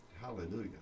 Hallelujah